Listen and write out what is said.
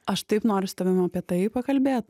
aš taip noriu su tavim apie tai pakalbėt